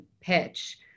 pitch